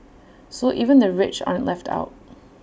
so even the rich aren't left out